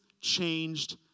changed